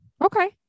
Okay